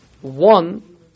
one